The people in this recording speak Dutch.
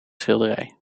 schilderij